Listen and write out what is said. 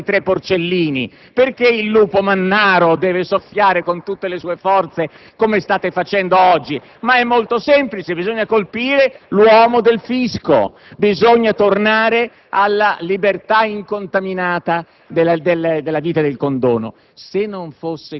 dovete soffiare con tanta passione sulla casa dei tre porcellini, perché il lupo mannaro deve soffiare con tutte le sue forze, come state facendo oggi. La risposta è molto semplice: bisogna colpire l'uomo del fisco; bisogna tornare alla libertà incontaminata